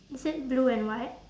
is it blue and white